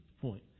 point